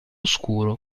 scuro